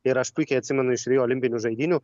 ir aš puikiai atsimenu iš rio olimpinių žaidynių